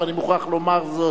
ואני מוכרח לומר זאת.